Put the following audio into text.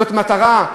זאת מטרה?